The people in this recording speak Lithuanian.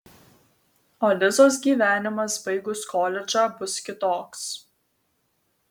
o lizos gyvenimas baigus koledžą bus kitoks